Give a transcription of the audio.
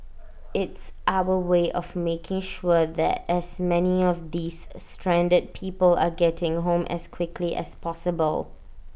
it's our way of making sure that as many of these stranded people are getting home as quickly as possible